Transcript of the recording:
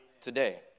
today